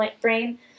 brain